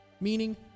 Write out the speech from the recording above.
meaning